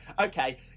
okay